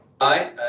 Hi